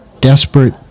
desperate